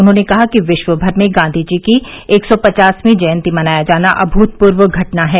उन्होंने कहा कि विश्वभर में गांधीजी की एक सौ पचासवीं जयंती मनाया जाना अभूतपूर्व घटना है